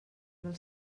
del